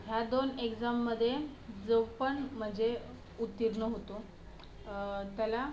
ह्या दोन एगजाममध्ये जो पण म्हणजे उत्तीर्ण होतो त्याला